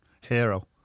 hero